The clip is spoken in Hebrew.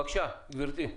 בבקשה גבירתי.